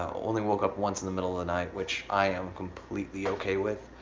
only woke up once in the middle of the night, which i am completely okay with.